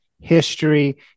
history